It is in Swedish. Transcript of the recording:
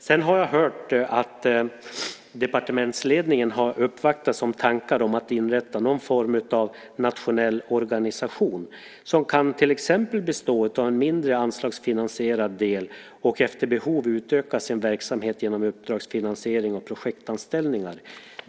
Jag har hört att departementsledningen har uppvaktats med tankar om att inrätta någon form av nationell organisation som till exempel kan bestå av en mindre anslagsfinansierad del och efter behov utöka sin verksamhet genom uppdragsfinansiering och projektanställningar.